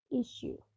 issue